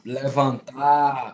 levantar